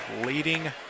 leading